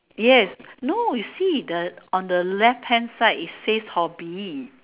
yes no you see the on the left hand side it says hobby